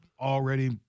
already